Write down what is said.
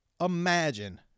imagine